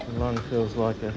lung feels like a